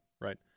right